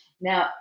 Now